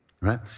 right